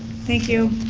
thank you.